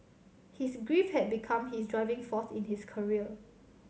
his grief had become his driving force in his career